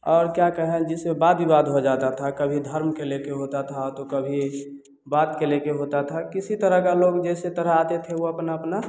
और क्या कहें जिससे वाद विवाद हो जाता था कभी धर्म के लेके होता था तो कभी बात के लेते होता था किसी तरह का लोग जिस तरह आते थे वह अपना अपना